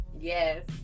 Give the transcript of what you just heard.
Yes